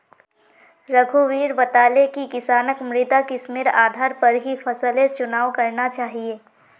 रघुवीर बताले कि किसानक मृदा किस्मेर आधार पर ही फसलेर चुनाव करना चाहिए